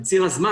על ציר הזמן,